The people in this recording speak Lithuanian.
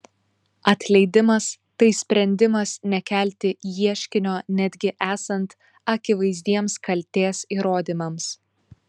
atleidimas tai sprendimas nekelti ieškinio netgi esant akivaizdiems kaltės įrodymams